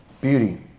Beauty